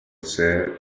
ser